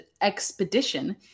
expedition